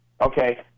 okay